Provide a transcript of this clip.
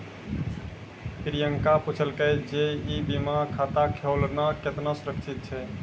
प्रियंका पुछलकै जे ई बीमा खाता खोलना केतना सुरक्षित छै?